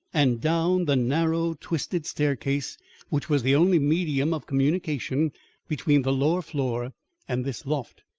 and down the narrow, twisted staircase which was the only medium of communication between the lower floor and this loft.